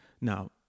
Now